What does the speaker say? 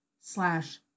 slash